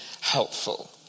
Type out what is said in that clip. helpful